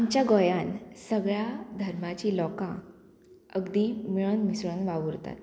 आमच्या गोंयांत सगळ्या धर्माची लोकां अगदी मिळन मिसळून वावुरतात